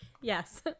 yes